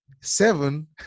Seven